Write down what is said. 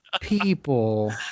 People